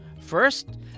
First